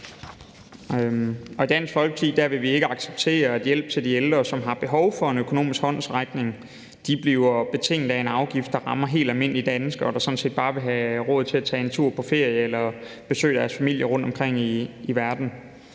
I Dansk Folkeparti vil vi ikke acceptere, at hjælp til de ældre, som har behov for en økonomisk håndsrækning, bliver betinget af en afgift, der rammer helt almindelige danskere, der sådan set bare vil have råd til at tage en tur på ferie eller besøge deres familier rundt omkring i verden.